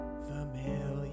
familiar